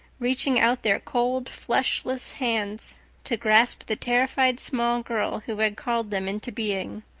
reaching out their cold, fleshless hands to grasp the terrified small girl who had called them into being.